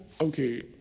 Okay